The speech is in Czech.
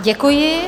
Děkuji.